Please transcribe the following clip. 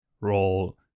roll